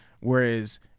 Whereas